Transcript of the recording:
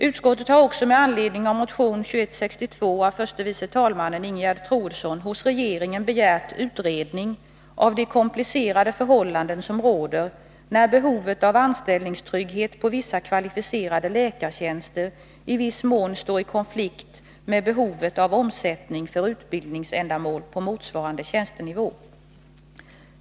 Utskottet har också med anledning av motion 2162 av förste vice talmannen Ingegerd Troedsson hos regeringen begärt utredning av de komplicerade förhållanden som råder när behovet av anställningstrygghet på vissa kvalificerade läkartjänster i viss mån står i konflikt med behovet av omsättning för utbildningsändamål på motsvarande tjänstenivå.